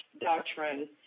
Doctrine